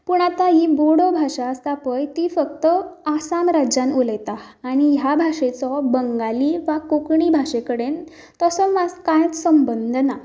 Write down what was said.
पूण आतां ही बोडो भाशा आसा पळय ती फक्त आसाम राज्यांत उलयतात आनी ह्या भाशेचो बंगाली वा कोंकणी भाशे कडेन तसो कांयच संबंद ना